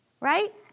right